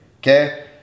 okay